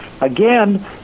Again